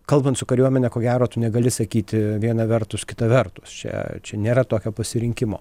kalbant su kariuomene ko gero tu negali sakyti viena vertus kita vertus čia čia nėra tokio pasirinkimo